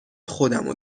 خودمو